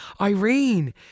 Irene